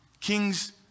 kings